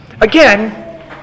again